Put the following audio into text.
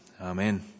Amen